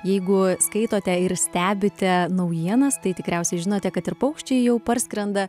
jeigu skaitote ir stebite naujienas tai tikriausiai žinote kad ir paukščiai jau parskrenda